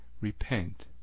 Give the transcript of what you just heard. repent